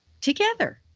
together